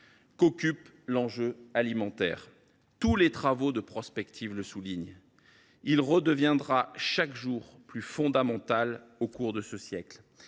de l’enjeu alimentaire. Tous les travaux de prospective le soulignent : il redeviendra chaque jour plus fondamental au cours de ce siècle.